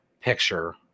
picture